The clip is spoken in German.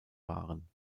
waren